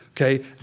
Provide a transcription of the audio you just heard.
okay